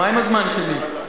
מה עם הזמן שלי?